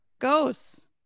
ghosts